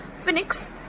Phoenix